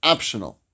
Optional